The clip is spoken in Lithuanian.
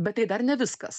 bet tai dar ne viskas